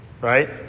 right